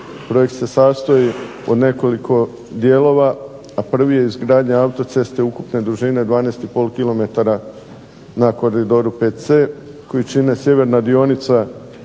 Projekt se sastoji od nekoliko dijelova, a prvi je izgradnja autoceste ukupne dužine 12,5 km na koridoru VC koji čine sjeverna dionica